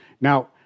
Now